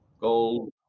Gold